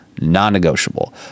non-negotiable